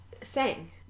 sang